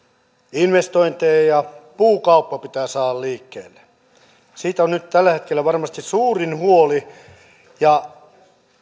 investointeja ja puukauppa pitää saada liikkeelle siitä on nyt tällä hetkellä varmasti suurin huoli ja